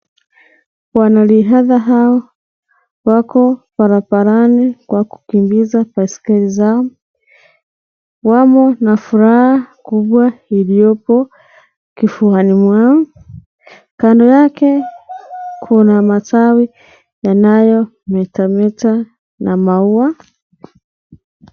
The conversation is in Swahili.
Wanariadha hawa wako barabarani kwa kukimbiza baiskeli zao. Wamo na furaha kubwa iliopo kifuani mwao. Kando yake kuna matawi yanayometameta na maua.